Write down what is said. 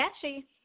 catchy